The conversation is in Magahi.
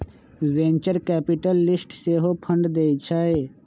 वेंचर कैपिटलिस्ट सेहो फंड देइ छइ